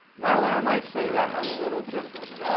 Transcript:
marlin, i might say that a little differently.